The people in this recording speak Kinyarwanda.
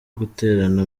guterana